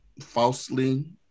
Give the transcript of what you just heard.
falsely